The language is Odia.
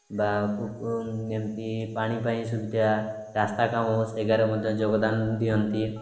ବା ଏମିତି ପାଣି ପାଇଁ ସୁବିଧା ରାସ୍ତା କାମ ସେଠାରେ ମଧ୍ୟ ଯୋଗଦାନ ଦିଅନ୍ତି